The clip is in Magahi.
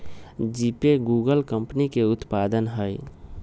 जीपे गूगल कंपनी के उत्पाद हइ